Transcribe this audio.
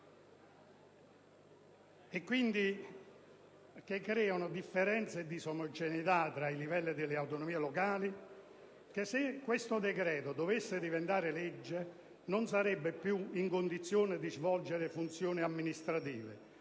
di criteri che creano differenze e disomogeneità tra i livelli delle autonomie locali che, se questo decreto dovesse diventare legge, non sarebbero più nella condizione di svolgere funzioni amministrative